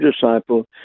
disciple